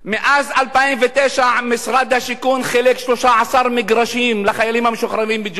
מאז 2009 משרד השיכון חילק 13 מגרשים לחיילים המשוחררים בג'וליס.